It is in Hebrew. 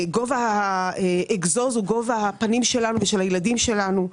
גובה האגזוז הוא גובה הפנים שלנו ושל הילדים שלנו.